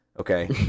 Okay